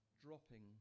dropping